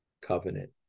covenant